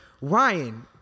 Ryan